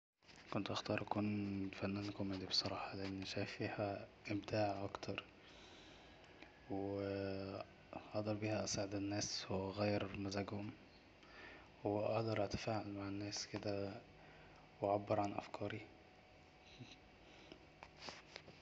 كنت هختار أكون فنان كوميدي بصراحة لأن فيها إمتاع اكتر و أقدر بيها أسعد الناس وأغير مزاجهم وأقدر أتفاعل مع الناس كده وأعبر عن افكاري